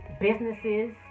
businesses